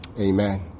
Amen